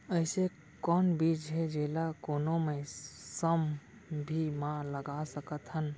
अइसे कौन बीज हे, जेला कोनो मौसम भी मा लगा सकत हन?